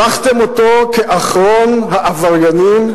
שלחתם אותו כאחרון העבריינים,